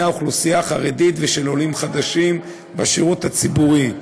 האוכלוסייה החרדית ושל עולים חדשים בשירות הציבורי.